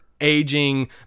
aging